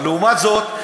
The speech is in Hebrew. אבל לעומת זאת,